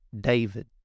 David